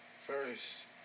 first